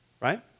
right